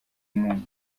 moon